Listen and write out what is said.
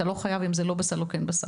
אתה לא חייב אם זה לא בסל או כן בסל.